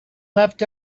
left